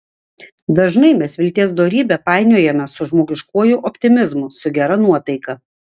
dažnai mes vilties dorybę painiojame su žmogiškuoju optimizmu su gera nuotaika